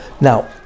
Now